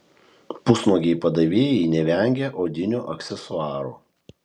pusnuogiai padavėjai nevengia odinių aksesuarų